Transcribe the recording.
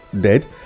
dead